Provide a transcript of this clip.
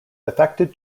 affected